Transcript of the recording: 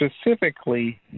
specifically